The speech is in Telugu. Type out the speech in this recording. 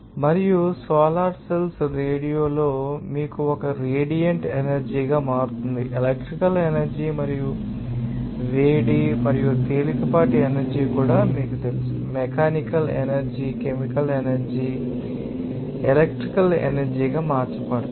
మరియు సోలార్ సెల్స్ రేడియల్ మీలో ఒక రేడియంట్ ఎనర్జీగా మారుతుంది ఎలక్ట్రికల్ ఎనర్జీ మరియు వేడి మరియు తేలికపాటి ఎనర్జీ కూడా మీకు తెలుసు మెకానికల్ ఎనర్జీ కెమికల్ ఎనర్జీ మరియు తిరిగి ఎలక్ట్రికల్ ఎనర్జీ గా మార్చబడతాయి